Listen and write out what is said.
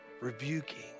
rebuking